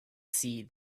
see